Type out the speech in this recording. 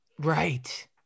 right